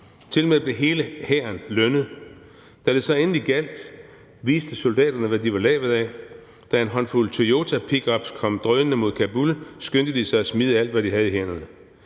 Tilmed blev hele hæren lønnet. Da det så endelig gjaldt, viste soldaterne, hvad de var lavet af. Da en håndfuld toyotapickups kom drønende mod Kabul, skyndte de sig at smide alt, hvad de havde i hænderne.